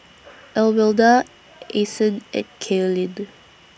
Alwilda Ason and Cailyn